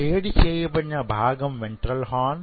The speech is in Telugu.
షేడ్ చేయబడిన భాగం వెంట్రల్ హార్న్